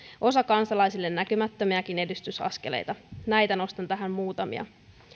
osa kansalaisille näkymättömiäkin edistysaskeleita näitä nostan tähän muutamia